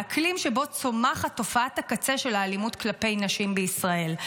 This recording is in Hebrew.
האקלים שבו צומחת תופעת הקצה של האלימות כלפי נשים בישראל.